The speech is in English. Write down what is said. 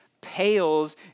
pales